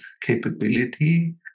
capability